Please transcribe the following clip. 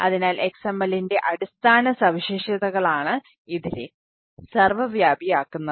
അതിനാൽ XML ന്റെ അടിസ്ഥാന സവിശേഷതകളാണ് ഇതിനെ സർവ്വവ്യാപിയാക്കുന്നത്